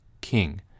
king